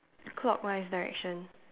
clockwise direction